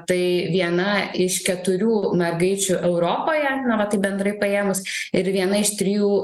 tai viena iš keturių mergaičių europoje na va taip bendrai paėmus ir viena iš trijų